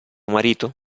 marito